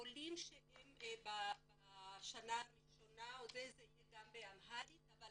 לעולים בשנה הראשונה זה יהיה גם באמהרית, אבל